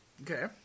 Okay